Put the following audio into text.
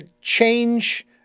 change